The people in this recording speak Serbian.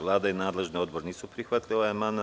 Vlada i nadležni odbor nisu prihvatili ovaj amandman.